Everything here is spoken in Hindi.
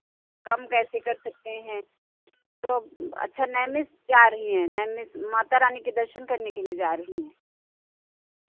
कम कैसे कर सकते हैं तो अच्छा नैमिष जा रही हैं नैमिष माता रानी के दर्शन करने के लिए जा रही हैं